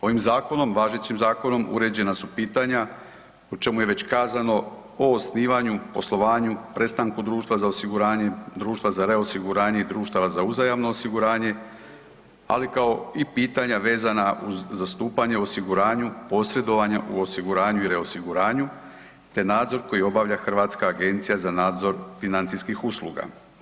Ovim zakonom, važećim zakonom uređena su pitanja o čemu je već kazano o osnivanju, poslovanju, prestanku društva za osiguranje, društva za reosiguranje i društava za uzajamno osiguranje, ali kao i pitanja vezana uz zastupanje u osiguranju, posredovanja u osiguranju i reosiguranju te nadzor koji obavlja Hrvatska agencija za nadzor financijskih usluga.